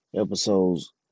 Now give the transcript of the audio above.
episodes